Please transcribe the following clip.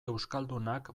euskaldunak